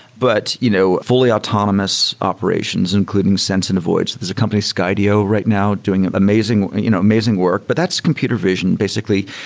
but you know fully autonomous operations including sense and avoid. there's a company, skydio, right now doing amazing you know amazing work. but that's computer vision basically.